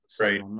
right